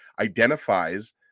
identifies